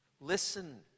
Listen